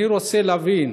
אני רוצה להבין